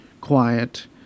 quiet